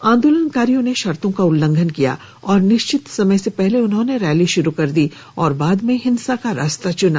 आंदोलनकारियों ने शर्तों का उल्लंघन किया और निश्चित समय से पहले उन्होंने रैली शुरू कर दी और बाद में हिंसा का रास्ता चुना